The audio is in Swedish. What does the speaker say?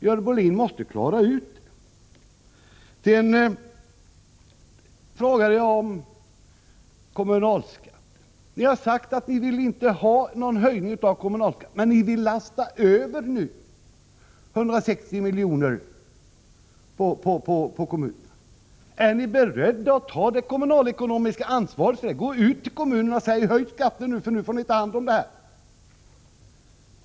Görel Bohlin måste reda ut hur det ligger till. Jag frågade vidare om kommunalskatten. Ni har sagt att ni inte vill ha någon höjning av kommunalskatten. Men ni vill nu lasta över 160 miljoner på kommunerna. Är ni beredda att ta det kommunalekonomiska ansvaret och säga till kommunerna att de måste höja skatten eftersom de skall ta hand om det här?